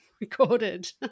recorded